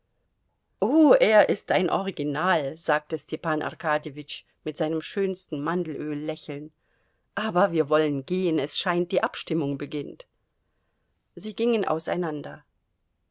oh er ist ein original sagte stepan arkadjewitsch mit seinem schönsten mandelöl lächeln aber wir wollen gehen es scheint die abstimmung beginnt sie gingen auseinander